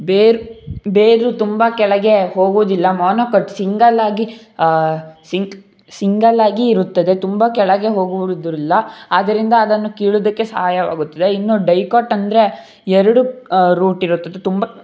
ಬೇರು ಬೇರು ತುಂಬ ಕೆಳಗೆ ಹೋಗುವುದಿಲ್ಲ ಮೊನೊಕಾಟ್ ಸಿಂಗಲ್ಲಾಗಿ ಸಿಂಕ್ ಸಿಂಗಲ್ಲಾಗಿ ಇರುತ್ತದೆ ತುಂಬ ಕೆಳಗೆ ಹೋಗುವುದುರುಲ್ಲ ಆದ್ದರಿಂದ ಅದನ್ನು ಕೀಳುವುದಕ್ಕೆ ಸಹಾಯವಾಗುತ್ತದೆ ಇನ್ನು ಡೈಕಾಟ್ ಅಂದರೆ ಎರಡು ರೂಟ್ ಇರುತ್ತದೆ ತುಂಬ